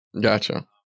Gotcha